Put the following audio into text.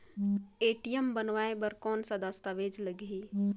ATM बनवाय बर कौन का दस्तावेज लगही?